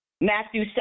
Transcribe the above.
Matthew